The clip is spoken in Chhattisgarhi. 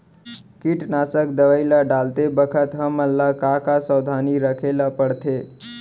कीटनाशक दवई ल डालते बखत हमन ल का का सावधानी रखें ल पड़थे?